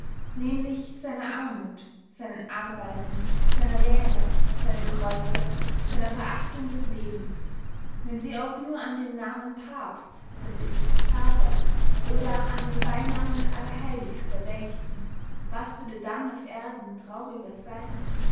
nämlich seiner armuth seinen arbeiten seiner lehre seinem kreuze seiner verachtung des lebens wenn sie auch nur an den namen pabst daß ist vater oder an den beynamen allerheilichster dächten was würde dann auf erden traurigers seyn